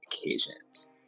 occasions